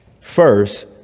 First